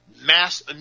mass